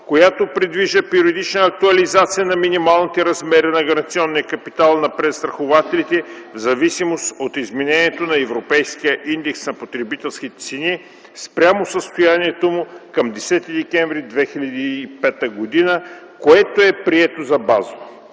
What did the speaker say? която предвижда периодична актуализация на минималните размери на гаранционния капитал на презастрахователите в зависимост от изменението на Европейския индекс на потребителските цени спрямо състоянието му към 10 декември 2005 г., което е прието за базово.